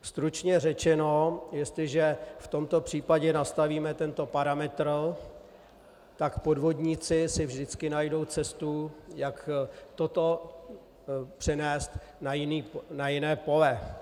Stručně řečeno, jestliže v tomto případě nastavíme tento parametr, tak podvodníci si vždycky najdou cestu, jak toto přenést na jiné pole.